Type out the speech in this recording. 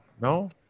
No